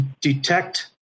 detect